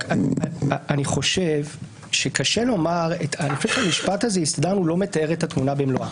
אני חושב שהמשפט הזה "הסתדרנו" לא מתאר את התמונה במלואה.